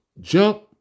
jump